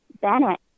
Bennett